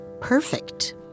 perfect